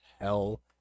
Hell